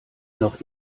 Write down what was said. noch